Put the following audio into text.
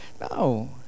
no